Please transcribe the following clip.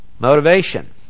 Motivation